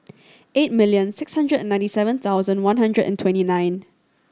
eight million six hundred and ninety seven thousand one hundred and twenty nine